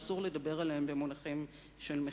ואסור לדבר עליהם במונחים של מחיר.